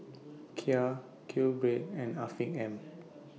Kia QBread and Afiq M